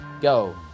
Go